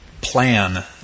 plan